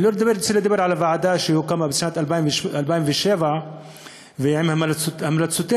אני רוצה לדבר על הוועדה שהוקמה בשנת 2007 ועל המלצותיה.